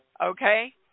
Okay